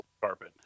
carpet